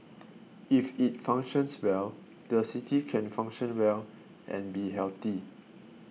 if it functions well the city can function well and be healthy